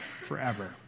forever